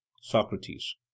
Socrates